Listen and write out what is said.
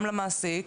גם למעסיק,